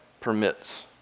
permits